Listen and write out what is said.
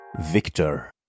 Victor